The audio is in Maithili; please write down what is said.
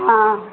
हाँ